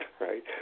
right